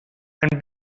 and